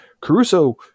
Caruso